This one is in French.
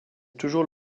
toujours